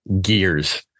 gears